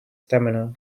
stamina